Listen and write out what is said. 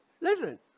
listen